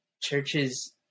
churches